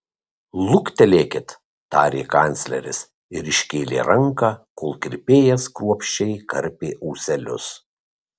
luktelėkit tarė kancleris ir iškėlė ranką kol kirpėjas kruopščiai karpė ūselius